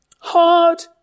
Hard